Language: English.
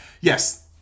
yes